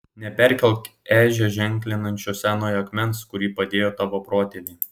neperkelk ežią ženklinančio senojo akmens kurį padėjo tavo protėviai